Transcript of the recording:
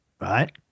right